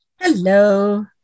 Hello